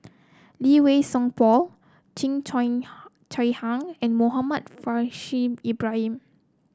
Lee Wei Song Paul Cheo Chai Chai Hiang and Muhammad Faishal Ibrahim